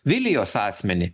vilijos asmenį